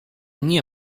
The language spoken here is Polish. nie